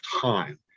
time